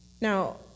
Now